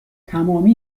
تمامی